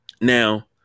Now